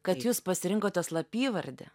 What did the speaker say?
kad jūs pasirinkote slapyvardį